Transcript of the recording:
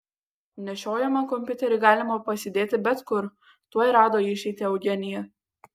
nešiojamą kompiuterį galima pasidėti bet kur tuoj rado išeitį eugenija